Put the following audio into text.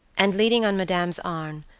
and leaning on madame's arm,